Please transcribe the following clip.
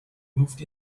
moved